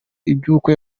iby’uko